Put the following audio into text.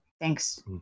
thanks